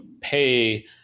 pay